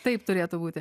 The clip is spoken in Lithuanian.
taip turėtų būti